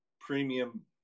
premium